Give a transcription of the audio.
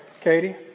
Katie